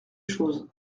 chose